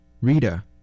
Rita